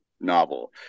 novel